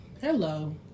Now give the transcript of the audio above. Hello